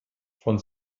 von